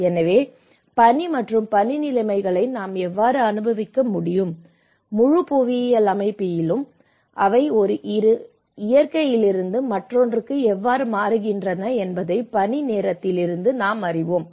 எனவே பனி மற்றும் பனி நிலைமைகளை நாம் எவ்வாறு அனுபவிக்க முடியும் முழு புவியியல் அமைப்பிலும் அவை ஒரு இயற்கையிலிருந்து மற்றொன்றுக்கு எவ்வாறு மாறுகின்றன என்பதை பனி நேரத்திலிருந்து நாம் அறிவோம்